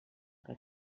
que